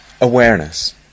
awareness